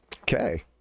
Okay